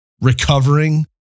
recovering